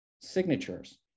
signatures